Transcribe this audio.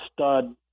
stud